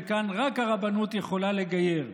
וכאן רק הרבנות יכולה לגייר.